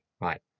right